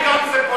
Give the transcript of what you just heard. גם זה פוליטי.